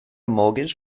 mortgage